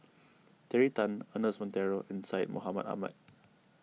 Terry Tan Ernest Monteiro and Syed Mohamed Ahmed